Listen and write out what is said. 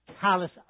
callous